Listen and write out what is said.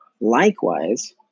likewise